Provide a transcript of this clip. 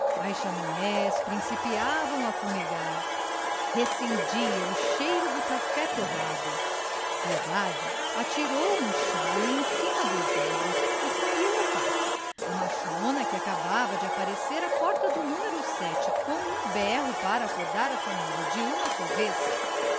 chaminés principiavam a fumegar recendia o cheiro do café torrado piedade atirou um xale em cima dos ombros e saiu ao pátio a machona que acabava de aparecer à porta do numero ste com um berro para acordar a família de uma só vez